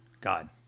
God